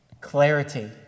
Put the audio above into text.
clarity